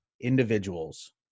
individuals